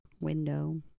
window